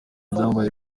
byabaye